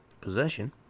possession